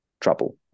trouble